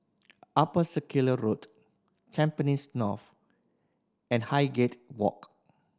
Upper Circular Road Tampines North and Highgate Walk